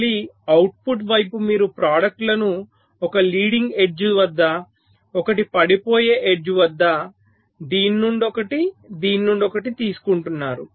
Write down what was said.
మళ్ళీ అవుట్పుట్ వైపు మీరు ప్రాడక్టులను ఒక లీడింగ్ ఎడ్జ్ వద్ద ఒకటి పడిపోయే ఎడ్జ్ వద్ద దీని నుండి ఒకటి దీని నుండి ఒకటి తీసుకుంటున్నారు